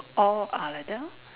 all are like that lor